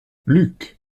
luc